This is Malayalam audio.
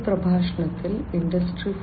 ഈ പ്രഭാഷണത്തിൽ ഇൻഡസ്ട്രി 4